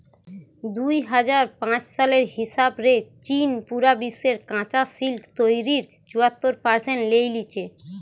দুই হাজার পাঁচ সালের হিসাব রে চীন পুরা বিশ্বের কাচা সিল্ক তইরির চুয়াত্তর পারসেন্ট লেই লিচে